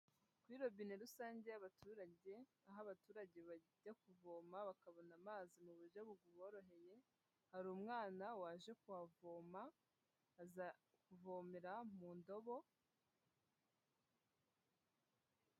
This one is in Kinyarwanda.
Kuri robine rusange y'abaturage, aho abaturage bajya kuvoma bakabona amazi mu buryo buboroheye, hari umwana waje kuhavoma aza kuvomera mu ndobo.